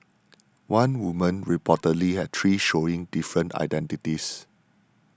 one woman reportedly had three showing different identities